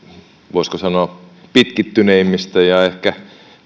voisiko sanoa pitkittyneimmistä ja ja ehkä